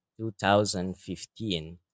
2015